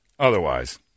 Otherwise